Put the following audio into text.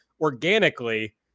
organically